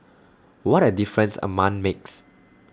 what A difference A month makes